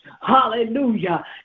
hallelujah